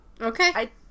Okay